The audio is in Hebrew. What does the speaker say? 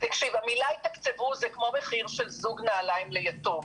המילה "יתקצבו" זה כמו מחיר של זוג נעלים ליתום.